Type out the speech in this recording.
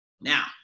Now